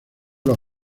los